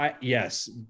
Yes